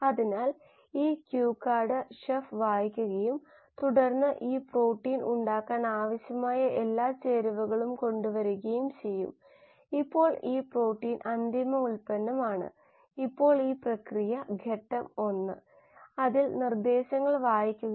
അതുപോലെ ഇതര ദ്രാവക ഇന്ധനങ്ങളായ ബയോഇഥനോൾ ബയോഡീസൽ അവയിൽ ബയോറിയാക്ടറുകൾ പ്രധാന പങ്ക് വഹിക്കുന്നു